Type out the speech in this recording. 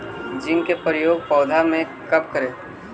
Zinc के प्रयोग पौधा मे कब करे?